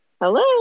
Hello